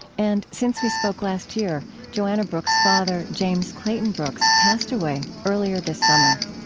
and since we spoke last year, joanna brooks' father, james clayton brooks, passed away earlier this summer